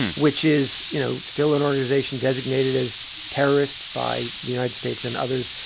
which is, you know, still an organization designated as terrorist by the united states and others.